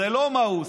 זה לא מה הוא עושה.